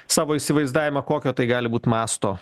savo įsivaizdavimą kokio tai gali būt mąsto